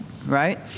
Right